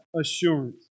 assurance